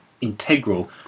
integral